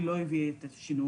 היא לא הביאה את השינוי.